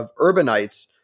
urbanites